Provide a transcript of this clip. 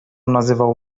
nazywał